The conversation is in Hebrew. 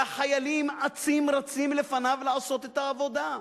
והחיילים אצים-רצים לפניו לעשות את העבודה.